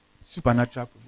Supernatural